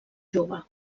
jove